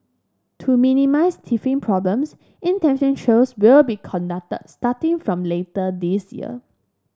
to minimise teething problems trials will be conducted starting from later this year